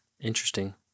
interesting